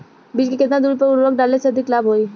बीज के केतना दूरी पर उर्वरक डाले से अधिक लाभ होई?